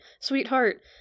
sweetheart